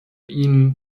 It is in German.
ihn